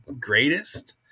greatest